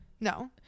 No